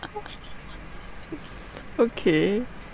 okay